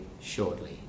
shortly